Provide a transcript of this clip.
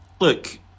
Look